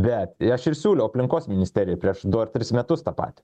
bet aš ir siūliau aplinkos ministerijai prieš du ar tris metus tą patį